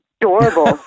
Adorable